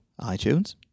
iTunes